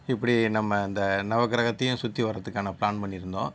இப்படி நம்ம அந்த நவக்கிரகத்தையும் சுற்றி வர்றதுக்கான ப்ளான் பண்ணியிருந்தோம்